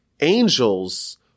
angels